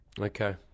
okay